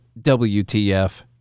WTF